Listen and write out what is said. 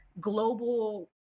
global